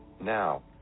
now